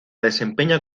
desempeña